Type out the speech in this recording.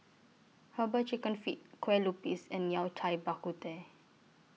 Herbal Chicken Feet Kueh Lupis and Yao Cai Bak Kut Teh